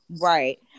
right